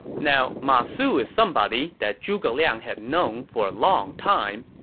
now, ma su is somebody that zhuge liang had known for a long time,